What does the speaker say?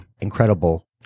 incredible